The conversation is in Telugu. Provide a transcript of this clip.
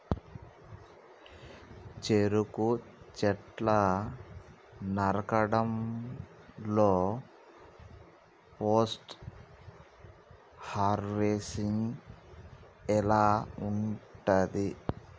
చెరుకు చెట్లు నరకడం లో పోస్ట్ హార్వెస్టింగ్ ఎలా ఉంటది?